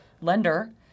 lender